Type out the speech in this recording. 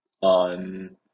on